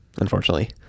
unfortunately